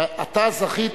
שאתה זכית,